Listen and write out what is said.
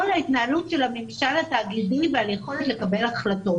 ההתנהלות של הממשל התאגידי ועל יכולת לקבל החלטות.